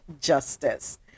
justice